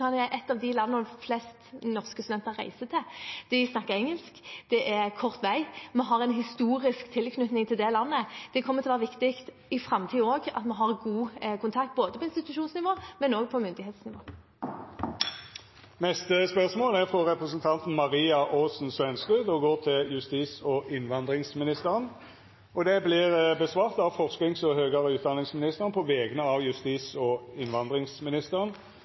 et av landene som flest norske studenter reiser til. De snakker engelsk der, det er kort vei, og vi har en historisk tilknytning til landet. Det kommer til å være viktig også i framtiden at vi har god kontakt på både institusjonsnivå og myndighetsnivå. Me går då til spørsmål 19. Dette spørsmålet, frå representanten Maria Aasen-Svensrud, vert svara på av forskings- og høgare utdanningsministeren på vegner av justis- og innvandringsministeren,